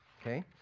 Okay